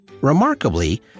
Remarkably